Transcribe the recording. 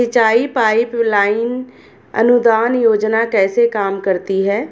सिंचाई pipeline अनुदान योजना कैसे काम करती है?